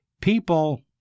people